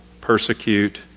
persecute